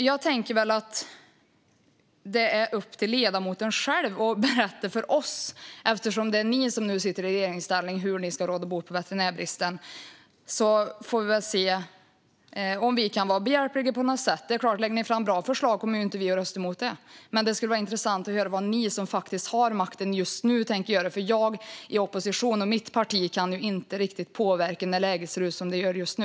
Jag tänker att det är upp till ledamoten själv att berätta för oss hur ni ska råda bot på veterinärbristen, eftersom det är ni som nu sitter i regeringsställning. Sedan får vi se om vi kan vara behjälpliga på något sätt. Lägger ni fram bra förslag är det klart att vi inte kommer att rösta mot dem. Men det skulle vara intressant att höra vad ni som faktiskt har makten just nu tänker göra, för jag i opposition och mitt parti kan inte riktigt påverka när läget ser ut som det gör just nu.